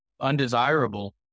undesirable